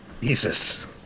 Jesus